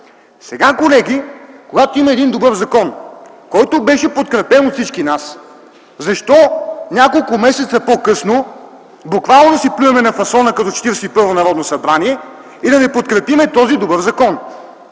Сега, колеги, когато има един добър закон, който беше подкрепен от всички нас, защо няколко месеца по-късно буквално си плюем на фасона като 41-о Народно събрание и да не подкрепим този добър закон?